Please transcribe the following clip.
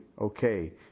okay